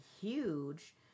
huge